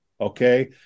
okay